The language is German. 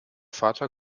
vater